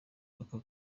ako